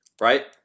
right